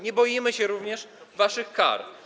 Nie boimy się również waszych kar.